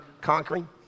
conquering